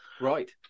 Right